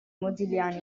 mozilliani